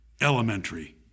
elementary